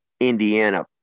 Indiana